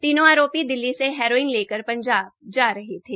तीनों आरोपी दिल्ली से हेरोइन लेकर पंजाब जा रहे थे